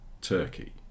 turkey